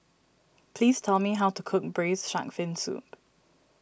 please tell me how to cook Braised Shark Fin Soup